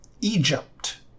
Egypt